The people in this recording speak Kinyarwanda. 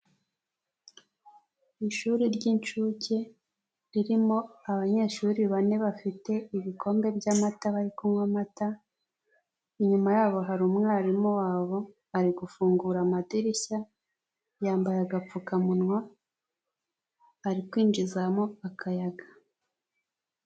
Ishuri ry'incuke ririmo abanyeshuri bane bafite ibikombe by'amata bari kunywa amata. Inyuma yabo hari umwarimu wabo ari gufungura amadirishya, yambaye agapfukamunwa ari kwinjizamo akayaga.